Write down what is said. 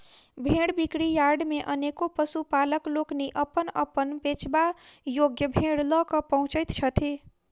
भेंड़ बिक्री यार्ड मे अनेको पशुपालक लोकनि अपन अपन बेचबा योग्य भेंड़ ल क पहुँचैत छथि